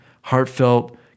heartfelt